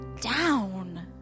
down